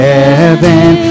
Heaven